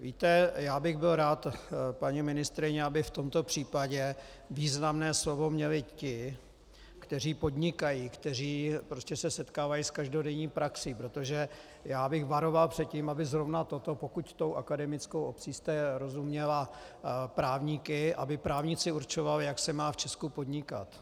Víte, já bych byl rád, paní ministryně, aby v tomto případě významné slovo měli ti, kteří podnikají, kteří se setkávají s každodenní praxí, protože já bych varoval před tím, aby zrovna toto, pokud akademickou obcí jste rozuměla právníky, aby právníci určovali, jak se má v Česku podnikat.